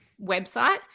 website